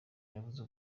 yavuze